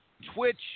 Twitch